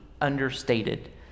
understated